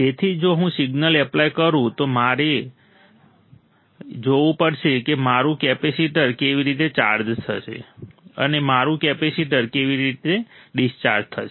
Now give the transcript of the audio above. તેથી જો હું સિગ્નલ એપ્લાય કરું તો મારે જોવું પડશે કે મારું કેપેસિટર કેવી રીતે ચાર્જ થશે અને મારું કેપેસિટર કેવી રીતે ડિસ્ચાર્જ થશે